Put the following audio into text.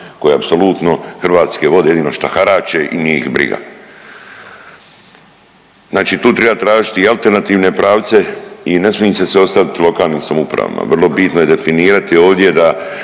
koje apsolutno Hrvatske vode, jedino šta harače i nije ih briga. Znači tu triba tražit i alternativne pravce i ne smi se sve ostavit lokalnim samoupravama. Vrlo bitno je definirati ovdje da